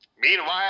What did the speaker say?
Meanwhile